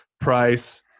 price